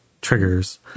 Triggers